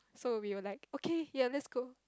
so we were like okay ya let's go